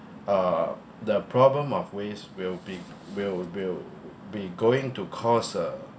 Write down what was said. uh the problem of waste will be will will be going to cause a